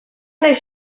naiz